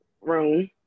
room